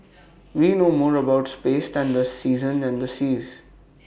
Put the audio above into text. we know more about space than the seasons and the seas